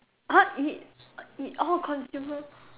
!huh! it it all consumab~